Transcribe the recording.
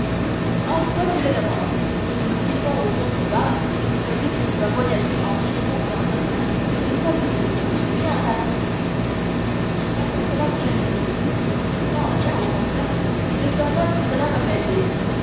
en quoi tu le demandes nous nous quittons au pont du var tu me dis que tu vas voyager en piémont et en toscane et pas du tout tu viens à paris en quoi cela vous gêne t il en rien au contraire j'espère même que cela va m'aider